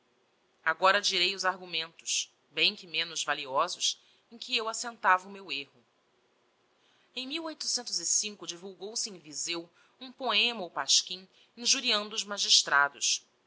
agora direi os argumentos bem que menos valiosos em que eu assentava o meu erro em divulgou se em vizeu um poema ou pasquim injuriando os magistrados